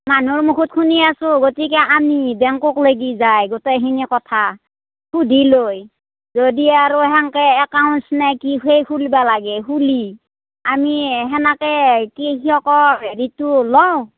মানুহৰ মুখত শুনি আছোঁ গতিকে আমি বেংকক লাগি যাই গোটেই খিনি কথা সুধি লৈ যদি আৰু সেনকে একাউন্টচ নে কি সেই খুলিবা লাগে খুলি আমি সেনাকে কৃষকৰ হেৰিটো লওঁ